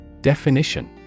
Definition